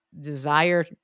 desire